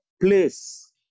place